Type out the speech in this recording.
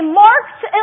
marked